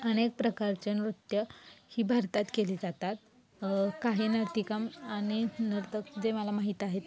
अनेक प्रकारचे नृत्य ही भारतात केली जातात काही नर्तिका आणि नर्तक जे मला माहीत आहेत